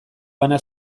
bana